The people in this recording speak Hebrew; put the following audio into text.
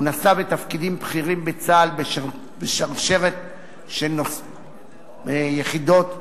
הוא נשא בתפקידים בכירים בצה"ל בשרשרת יחידות קרביות,